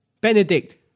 Benedict